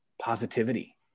positivity